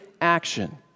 action